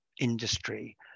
industry